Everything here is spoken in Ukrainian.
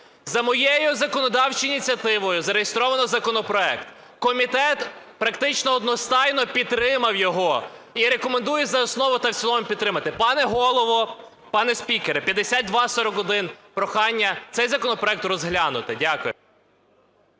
За моєю законодавчою ініціативою зареєстровано законопроект. Комітет практично одностайно підтримав його і рекомендує за основу та в цілому підтримати. Пане Голово, пане спікере, 5241, прохання цей законопроект розглянути. Дякую.